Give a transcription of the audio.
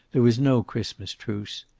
there was no christmas truce.